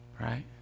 Right